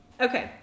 okay